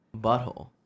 Butthole